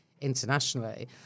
internationally